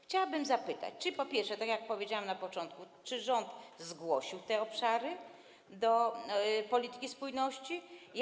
Chciałabym zapytać, po pierwsze, tak jak powiedziałam na początku, czy rząd zgłosił te obszary do polityki spójności.